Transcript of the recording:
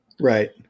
Right